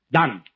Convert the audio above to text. Done